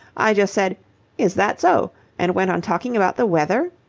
i just said is that so and went on talking about the weather?